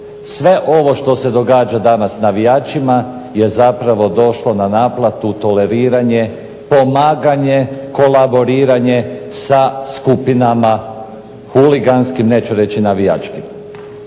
sve ovo što se događa danas navijačima je zapravo došlo na naplatu toleriranje, pomaganje, kolaboriranje sa skupinama huliganskim, neću reći navijačkim.